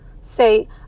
say